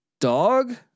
dog